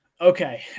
Okay